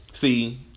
See